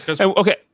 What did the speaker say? okay